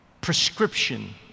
prescription